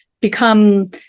become